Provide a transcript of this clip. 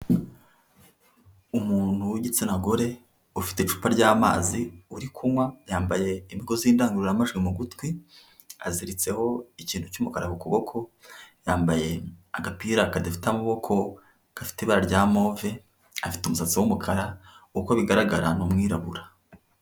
Umuntu w'igitsina gore ufite icupa ry'amazi uri kunywa, yambaye imigozi y'indangururamajwi mu gutwi, aziritseho ikintu cy'umukara ku kuboko yambaye agapira kadafite amaboko gafite ibara rya move, afite umusatsi w'umukara uko bigaragara ni umwirabura.